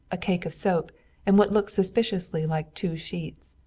a cake of soap and what looked suspiciously like two sheets.